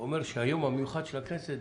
אומר שהיום המיוחד של הכנסת,